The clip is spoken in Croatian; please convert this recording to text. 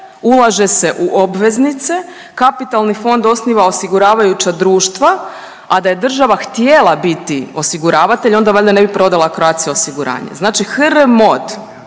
ulaže se u obveznice, kapitalni fond osniva osiguravajuća društva, a da je država htjela biti osiguravatelj onda valjda ne bi prodala Croatia osiguranje, znači HRMOD